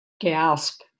gasp